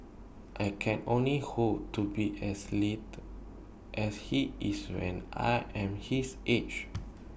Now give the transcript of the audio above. I can only hope to be as as he is when I am his age